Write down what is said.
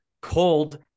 cold